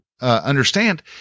understand